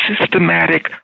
systematic